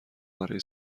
برای